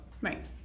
Right